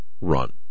run